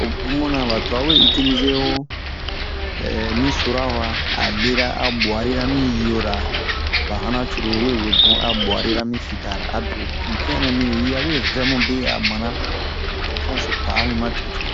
o muna ba twa we itilize ho mi sura wa a lera a bwarira mi yi'ora ba hanan cruru we webun a bwarira mi fitara abe ho pipian nɛ mini yi a we vɛ mube a mana ho pipian so pa'a mi ma tete